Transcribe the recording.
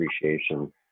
appreciation